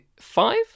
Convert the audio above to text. five